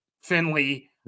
Finley